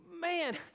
Man